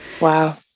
wow